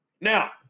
Now